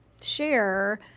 share